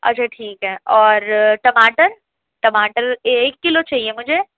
اچھا ٹھیک ہے اور ٹماٹر ٹماٹر ایک کلو چاہئے مجھے